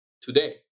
today